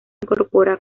incorpora